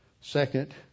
Second